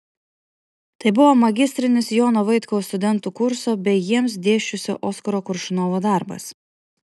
tai buvo magistrinis jono vaitkaus studentų kurso bei jiems dėsčiusio oskaro koršunovo darbas